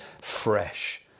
fresh